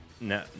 No